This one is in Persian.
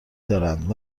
دارند